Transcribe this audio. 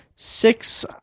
Six